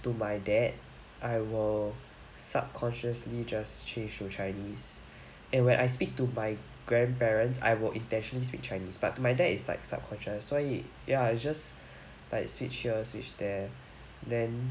to my dad I will subconsciously just change to chinese and when I speak to my grandparents I will intentionally speak chinese but to my dad is like subconscious 所以 ya it's just like switch here switch there then